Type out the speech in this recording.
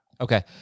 Okay